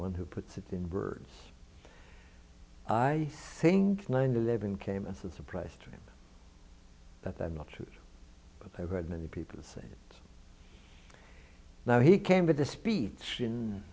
one who puts it in birds i think nine eleven came as a surprise to me that i'm not sure but i've heard many people say now he came to the speech in